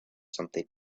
something